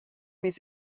miss